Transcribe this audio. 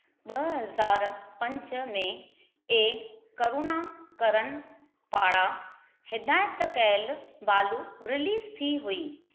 ॿ हज़ार पंज में ए करुणा करन पारां हिदायत कयलु बालू रिलीज़ थी हुई